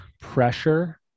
pressure